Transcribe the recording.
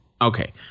Okay